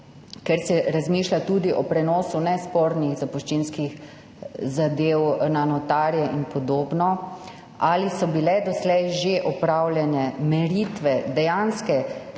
ker se razmišlja tudi o prenosu nespornih zapuščinskih zadev na notarje in podobno: Ali so bile doslej že opravljene meritve dejanske